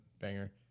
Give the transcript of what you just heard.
banger